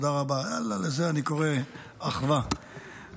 לזה אני קורא אחווה,